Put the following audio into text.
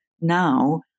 now